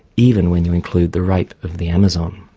even when you include the rape of the amazon.